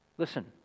Listen